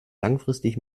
langfristig